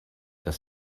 das